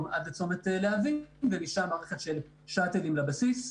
עד צומת להבים ומשם מערכת של שאטלים לבסיס.